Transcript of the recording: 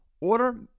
Order